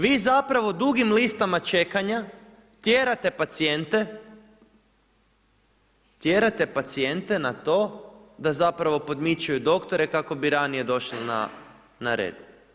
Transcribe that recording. Vi zapravo dugim listama čekanja tjerate pacijente, tjerate pacijente na to da zapravo podmićuju doktore kako bi ranije došli na red.